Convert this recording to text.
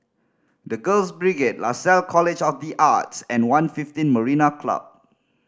The Girls Brigade Lasalle College of The Arts and One fifteen Marina Club